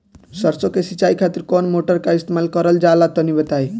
सरसो के सिंचाई खातिर कौन मोटर का इस्तेमाल करल जाला तनि बताई?